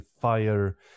fire